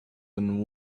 than